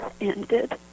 ended